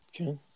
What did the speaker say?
Okay